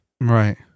Right